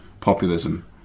populism